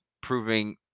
proving